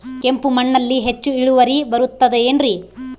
ಕೆಂಪು ಮಣ್ಣಲ್ಲಿ ಹೆಚ್ಚು ಇಳುವರಿ ಬರುತ್ತದೆ ಏನ್ರಿ?